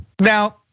Now